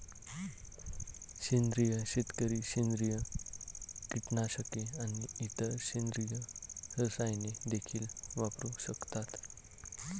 सेंद्रिय शेतकरी सेंद्रिय कीटकनाशके आणि इतर सेंद्रिय रसायने देखील वापरू शकतात